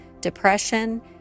depression